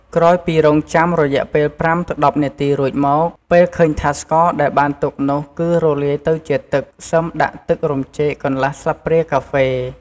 ក្រោយពីរង់ចាំរយៈពេល ៥ ទៅ ១០ នាទីរួចមក ពេលឃើញថាស្ករដែលបានទុកនោះគឺរលាយទៅជាទឹក សិមដាក់ទឹករំចេកកន្លះស្លាបព្រាកាហ្វេ។